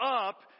up